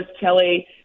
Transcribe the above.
Kelly